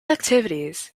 activities